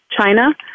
China